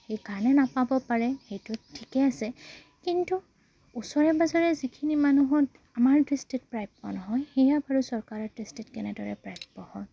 সেইকাৰণে নাপাব পাৰে সেইটো ঠিকে আছে কিন্তু ওচৰে পাজৰে যিখিনি মানুহত আমাৰ দৃষ্টিত প্ৰাপ্য নহয় সেয়া বাৰু চৰকাৰৰ দৃষ্টিত কেনেদৰে প্ৰাপ্য হয়